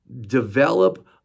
develop